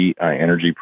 energy